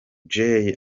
jay